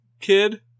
kid